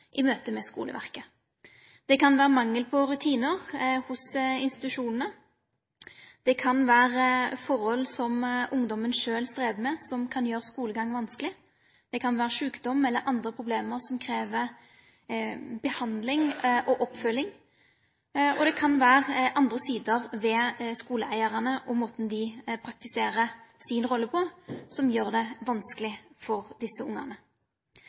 i møte med skoleverket. Det kan være mangel på rutiner hos institusjonene, det kan være forhold som ungdommen selv strever med, som kan gjøre skolegang vanskelig, det kan være sykdom eller andre problemer som krever behandling og oppfølging, og det kan være andre sider ved skoleeierne og måten de praktiserer sin rolle på, som gjør det vanskelig for disse ungene.